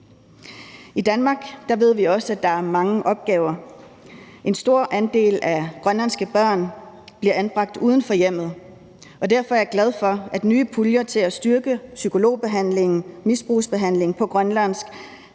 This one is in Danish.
I Danmark ved vi også, at der er mange opgaver. En stor andel af grønlandske børn bliver anbragt uden for hjemmet, og derfor er jeg glad for de nye puljer til at styrke psykologbehandlingen og misbrugsbehandlingen på grønlandsk,